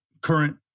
current